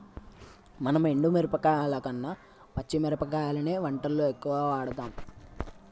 మనం ఎండు మిరపకాయల కన్న పచ్చి మిరపకాయలనే వంటల్లో ఎక్కువుగా వాడుతాం